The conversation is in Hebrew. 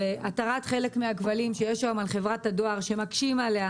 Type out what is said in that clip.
התרת חלק מהכבלים שיש היום על חברת הדואר שמקשים עליה